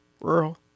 Rural